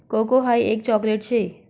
cocoa हाई एक chocolate शे